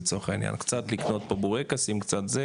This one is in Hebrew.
לצורך העניין,